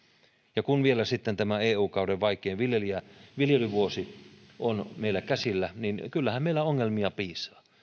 ja kun sitten vielä tämä eu kauden vaikein viljelyvuosi on meillä käsillä niin kyllähän meillä ongelmia piisaa